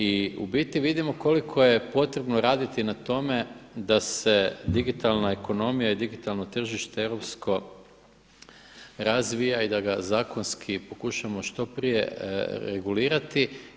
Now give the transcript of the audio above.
I u biti vidimo koliko je potrebno raditi na tome da se digitalna ekonomija i digitalno tržište europsko razvija i da ga zakonski pokušamo što prije regulirati.